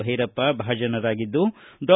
ಭೈರಪ್ಪ ಭಾಜನರಾಗಿದ್ದು ಡಾ